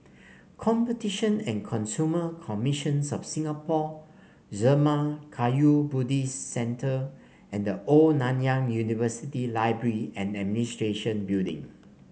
Competition and Consumer Commissions of Singapore Zurmang Kagyud Buddhist Centre and The Old Nanyang University Library and Administration Building